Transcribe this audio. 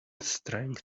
strength